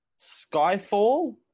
Skyfall